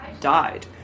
died